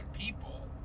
people